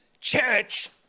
church